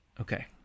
Okay